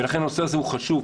ולכן הנושא הזה הוא חשוב,